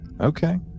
Okay